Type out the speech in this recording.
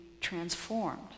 transformed